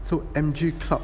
so M_G club